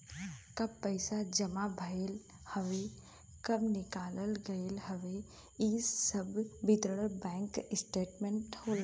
कब पैसा जमा भयल हउवे कब निकाल गयल हउवे इ सब विवरण बैंक स्टेटमेंट होला